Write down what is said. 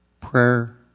prayer